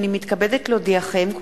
הנני מתכבדת להודיעכם,